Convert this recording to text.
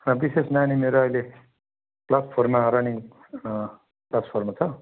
र विशेष नानी मेरो अहिले क्लास फोरमा रनिङ क्लास फोरमा छ